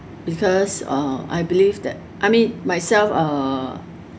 because uh I believe that I mean myself uh